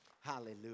Hallelujah